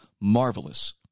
marvelous